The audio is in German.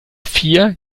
vier